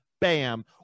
bam